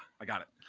i got it.